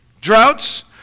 droughts